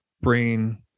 brain